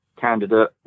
candidate